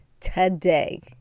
today